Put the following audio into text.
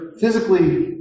physically